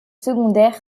secondaire